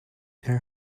her